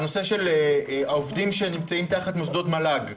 הוא העובדים שנמצאים תחת מוסדות מל"ג.